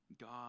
God